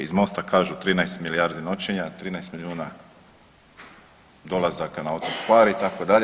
Iz MOST-a kažu 13 milijardi noćenja, 13 milijuna dolazaka na otok Hvar itd.